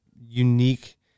unique